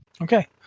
Okay